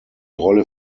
rolle